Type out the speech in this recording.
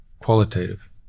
qualitative